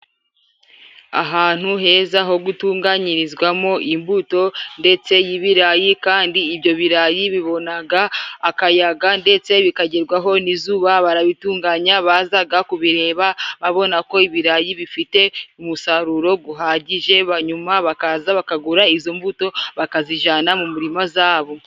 Ahantu heza ho gutunganyirizwamo imbuto ndetse y'ibirayi, kandi ibyo birayi bibonaga akayaga ndetse bikagerwaho n'izuba, Barabitunganya. Bazaga kubireba babona ko ibirayi bifite umusaruro guhagije, hanyuma bakaza bakagura izo mbuto bakazijana mu mirima zabo.